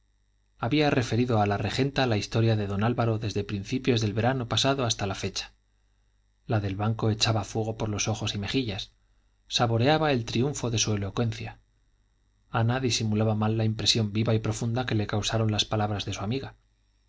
había referido a la regenta la historia de don álvaro desde principios del verano pasado hasta la fecha la del banco echaba fuego por ojos y mejillas saboreaba el triunfo de su elocuencia ana disimulaba mal la impresión viva y profunda que le causaron las palabras de su amiga